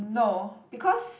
no because